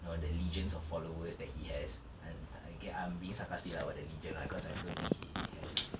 no the legions of followers that he has uh uh okay I'm being sarcastic lah about the legions lah cause I don't think he has